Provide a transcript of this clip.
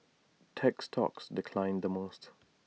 tech stocks declined the most